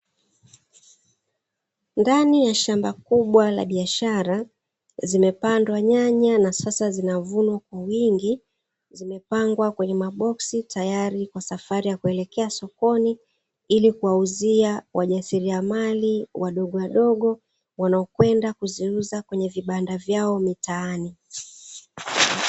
Ndani ya shamba kubwa la biashara zimepandwa nyanya na sasa zinavunwa kwa wingi zimepangwa kwenye maboksi tayari kwa safari ya kuelekea sokoni ili kuwauzia wajasiriamali wadogo wadogo wanaokwenda kuziuza kwenye vibanda vyao mitaani.